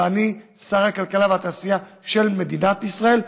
ואני שר הכלכלה והתעשייה של מדינת ישראל,